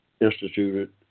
instituted